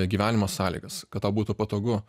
gyvenimo sąlygas kad tau būtų patogu